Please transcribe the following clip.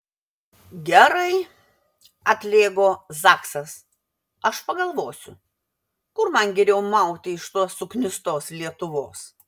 gerai atlėgo zaksas aš pagalvosiu kur man geriau mauti iš tos suknistos lietuvos